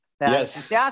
Yes